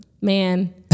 man